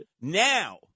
now